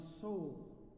soul